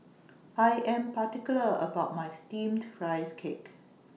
I Am particular about My Steamed Rice Cake